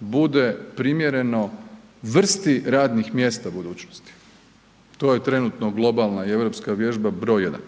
bude primjereno vrsti radnih mjesta budućnosti. To je trenutno globalna i europska vježba broj jedan,